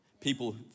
people